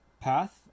path